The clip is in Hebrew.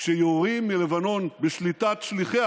כשיורים מלבנון, בשליטת שליחיה